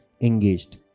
engaged